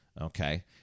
Okay